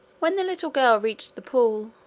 when the little girl reached the pool,